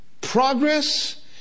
progress